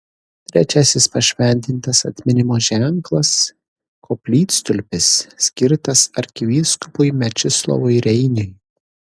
trečiasis pašventintas atminimo ženklas koplytstulpis skirtas arkivyskupui mečislovui reiniui